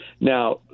Now